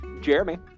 Jeremy